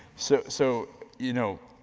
so so you know,